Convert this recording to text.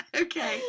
Okay